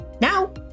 Now